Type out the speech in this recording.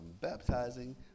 baptizing